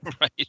right